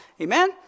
Amen